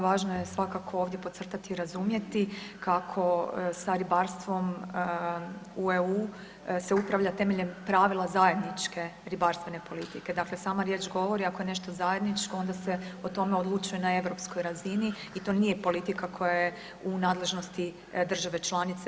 Važno je svakako ovdje podcrtati i razumjeti kako sa ribarstvom u EU se upravlja temeljem pravila zajedničke ribarstvene politike, dakle sama riječ govori ako je nešto zajedničko onda se o tome odlučuje na europskoj razini i to nije politika koja je u nadležnosti države članice.